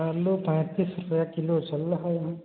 आलू पैंतीस रुपये किलो चल रहा है